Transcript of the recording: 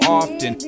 often